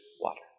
water